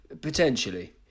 Potentially